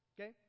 Okay